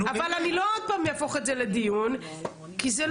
אבל אני לא עוד פעם אהפוך את זה לדיון, כי זה לא.